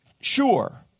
sure